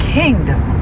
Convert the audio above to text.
kingdom